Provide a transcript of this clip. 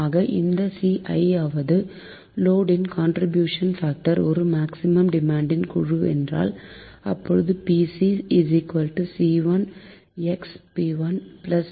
ஆக இந்த Ci i யாவது லோடு ன் கான்ட்ரிபியூஷன் பாக்டர் ஒரு மேக்சிமம் டிமாண்ட் குழுவின் என்றால் அப்போது Pc C1 x P1 C2 x P2